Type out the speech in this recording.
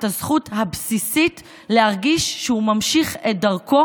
הזכות הבסיסית להרגיש שהוא ממשיך את דרכו,